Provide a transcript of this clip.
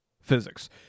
Physics